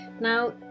Now